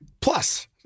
Plus